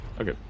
okay